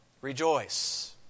Rejoice